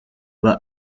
will